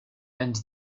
and